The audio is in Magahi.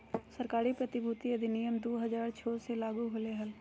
सरकारी प्रतिभूति अधिनियम दु हज़ार छो मे लागू होलय हल